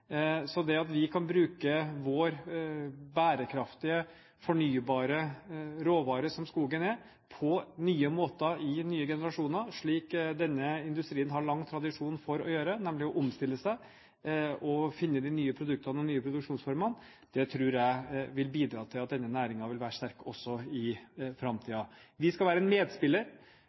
Så det at vi kan bruke den bærekraftige, fornybare råvare som skogen er, på nye måter i nye generasjoner, slik denne industrien har lang tradisjon for å gjøre, nemlig ved å omstille seg og finne de nye produktene og de nye produksjonsformene, tror jeg vil bidra til at denne næringen vil være sterk også i framtiden. Vi skal være en medspiller